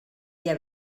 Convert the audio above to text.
dia